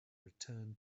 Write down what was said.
return